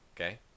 Okay